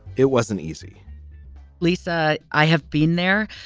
it wasn't easy lisa, i have been there.